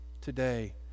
today